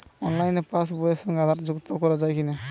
অনলাইনে পাশ বইয়ের সঙ্গে আধার সংযুক্তি করা যায় কি?